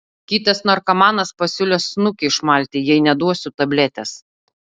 kitas narkomanas pasiūlė snukį išmalti jei neduosiu tabletės